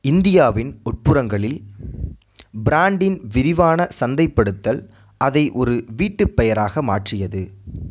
இந்தியாவின் உட்புறங்களில் பிராண்டின் விரிவான சந்தைப்படுத்தல் அதை ஒரு வீட்டுப் பெயராக மாற்றியது